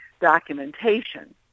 documentation